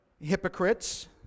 hypocrites